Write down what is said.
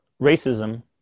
racism